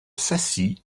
s’assit